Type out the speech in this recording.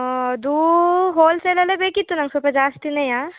ಅದು ಹೋಲ್ಸೇಲಲ್ಲೇ ಬೇಕಿತ್ತು ನಂಗೆ ಸ್ವಲ್ಪ ಜಾಸ್ತಿನೇ